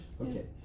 Okay